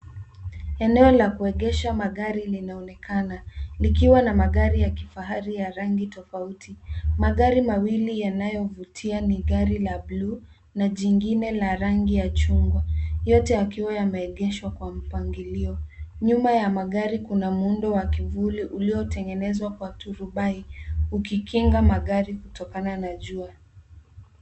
Eneo la kuegesha magari linaonekana likiwa na magari ya kifahari ya rangi tofauti. Magari mawili yanayovutia ni gari la bluu na jingine la rangi ya chungwa, yote yakiwa yameegeshwa kwa mpangilio. Nyuma ya magari kuna muundo wa kivuli uliotengenezwa kwa turubai ukikinga magari kutokana na jua.